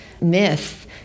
myth